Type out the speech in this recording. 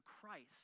christ